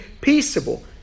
peaceable